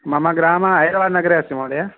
मम ग्रामः हैदराबाद् नगरे अस्ति महोदय